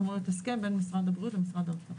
זה אמור להיות הסכם בין משרד הבריאות למשרד האוצר.